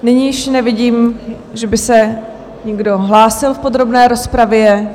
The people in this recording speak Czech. Nyní již nevidím, že by se někdo hlásil v podrobné rozpravě.